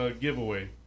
giveaway